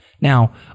Now